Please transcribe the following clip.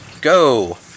Go